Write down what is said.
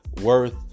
worth